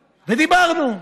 ודיברנו,